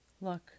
Look